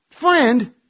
Friend